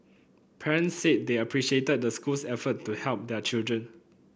parents said they appreciated the school's effort to help their children